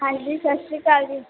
ਹਾਂਜੀ ਸਤਿ ਸ਼੍ਰੀ ਅਕਾਲ ਜੀ